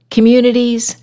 Communities